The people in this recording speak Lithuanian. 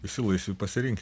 visi laisvi pasirinkti